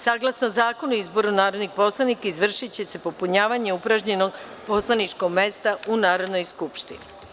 Saglasno Zakonu o izboru narodnih poslanika, izvršiće se popunjavanje upražnjenog poslaničkog mesta u Narodnoj skupštini.